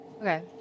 Okay